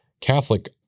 Catholic